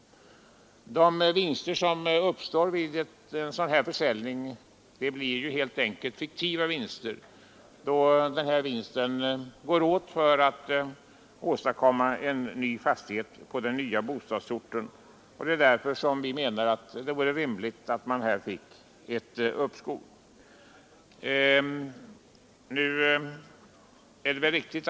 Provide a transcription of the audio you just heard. Den vinst som uppstår vid en sådan här försäljning blir ju helt fiktiv, då pengarna går åt för att skaffa en fastighet på den nya bostadsorten. Det är därför som vi menar att det vore rimligt att max fick ett uppskov med beskattningen.